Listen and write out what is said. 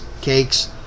cakes